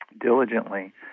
diligently